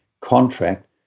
contract